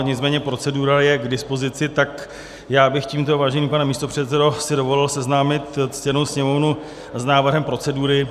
Nicméně procedura je k dispozici, tak já bych tímto, vážený pane místopředsedo, si dovolil seznámit ctěnou Sněmovnu s návrhem procedury.